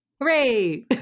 hooray